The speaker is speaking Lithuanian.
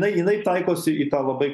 jinai jinai taikosi į tą labai